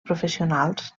professionals